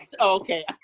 okay